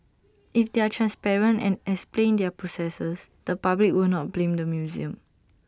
if they are transparent and explain their processes the public will not blame the museum